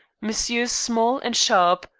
messrs. small and sharp,